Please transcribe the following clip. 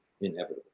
inevitable